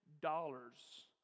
dollars